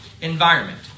environment